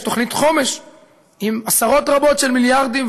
יש תוכנית חומש עם עשרות רבות של מיליארדים,